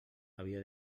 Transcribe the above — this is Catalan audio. havia